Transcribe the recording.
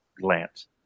glance